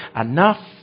enough